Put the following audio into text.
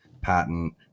patent